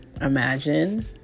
Imagine